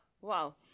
Wow